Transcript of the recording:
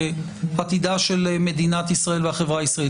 לעתידה של מדינת ישראל והחברה הישראלית.